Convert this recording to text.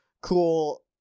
cool